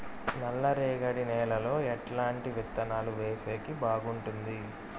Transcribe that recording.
నల్లరేగడి నేలలో ఎట్లాంటి విత్తనాలు వేసేకి బాగుంటుంది?